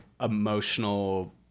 emotional